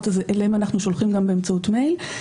ואליהם אנחנו שולחים באמצעות מייל.